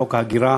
חוק ההגירה,